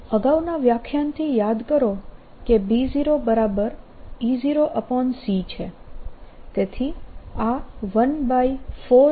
અગાઉના વ્યાખ્યાનથી યાદ કરો કે B0E0c છે